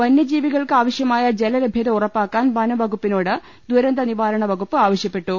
വന്യജീവികൾക്ക് ആവശ്യമായ ജല ലഭ്യത ഉറപ്പാക്കാൻ വനംവകുപ്പിനോട് ദുരന്ത നിവാരണ വകുപ്പ് ആവശ്യപ്പെട്ടു